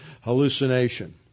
hallucination